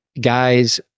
guys